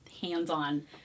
hands-on